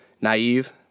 naive